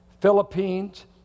Philippines